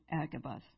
Agabus